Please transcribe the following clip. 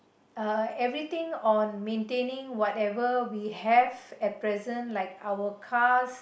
uh everything on maintaining whatever we have at present like our cars